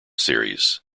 series